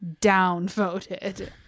downvoted